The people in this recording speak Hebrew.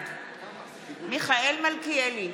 בעד מיכאל מלכיאלי,